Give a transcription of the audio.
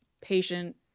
patient